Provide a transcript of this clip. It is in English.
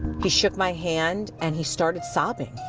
he shook my hand and he started sobbing,